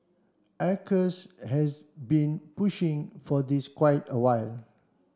acres has been pushing for this for quite a while